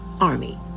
army